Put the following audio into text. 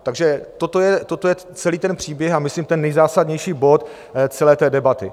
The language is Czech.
Takže toto je celý ten příběh a myslím ten nejzásadnější bod celé té debaty.